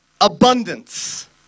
abundance